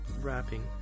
rapping